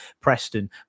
Preston